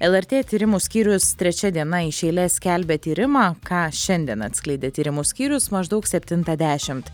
lrt tyrimų skyrius trečia diena iš eilės skelbia tyrimą ką šiandien atskleidė tyrimų skyrius maždaug septintą dešimt